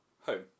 home